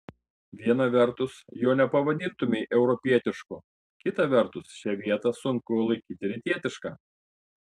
viena vertus jo nepavadintumei europietišku kita vertus šią vietą sunku laikyti rytietiška